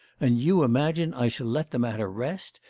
and you imagine i shall let the matter rest,